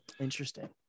Interesting